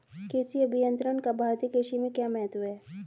कृषि अभियंत्रण का भारतीय कृषि में क्या महत्व है?